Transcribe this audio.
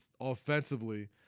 offensively